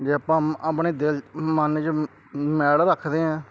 ਜੇ ਆਪਾਂ ਆਪਣੇ ਦਿਲ ਮਨ 'ਚ ਮੈਲ ਰੱਖਦੇ ਹਾਂ